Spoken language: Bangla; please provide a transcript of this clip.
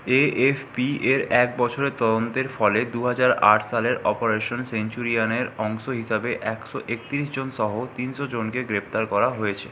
এ এফ পি এর এক বছরের তদন্তের ফলে দু হাজার সালের অপারেশন সেঞ্চুরিয়ানের অংশ হিসাবে একশো একত্রিশ জন সহ তিনশো জনকে গ্রেপ্তার করা হয়েছে